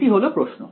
এটি হলো প্রশ্ন